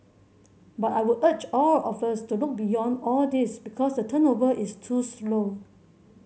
but I would urge all of us to look beyond all these because the turnover is too slow